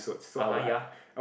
(uh huh) ya